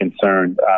concerned